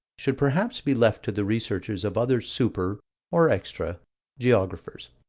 should perhaps be left to the researches of other super or extra geographers.